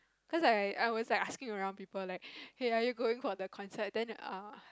cause I I was like asking around people like hey are you going for the concert then uh